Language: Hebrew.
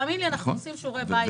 תאמין לי, אנחנו עושים שיעורי בית.